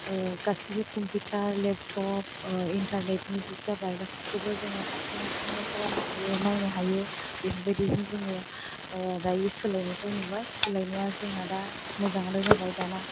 गासैबो computer laptop इन्टारनेटनि जुग जाबाय गासैखौबो जोङो हारसिं हारसिंनो खालामनो हायो नायनो हायो बेफोरबायदिजों जोङो दायो सोलायनायखौ नुबाय सोलायनाया जोंना दा मोजाङानो जाबाय दाना